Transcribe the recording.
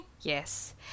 Yes